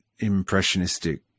impressionistic